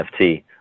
NFT